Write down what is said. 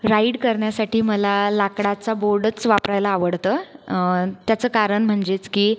ride करण्यासाठी मला लाकडाचा बोर्डच वापरायला आवडतं त्याचं कारण म्हणजेच की